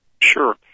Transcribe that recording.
Sure